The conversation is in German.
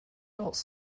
aus